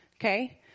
Okay